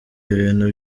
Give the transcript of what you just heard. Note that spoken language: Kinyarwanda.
ibintu